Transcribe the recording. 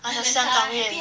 like her 香港面